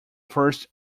first